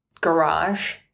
garage